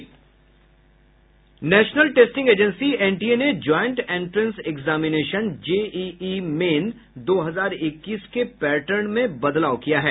national testing agency NTA ने joint entrance examination JEE main दो हजार इक्कीस के पैटर्न में बदलाव किया है